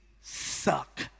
suck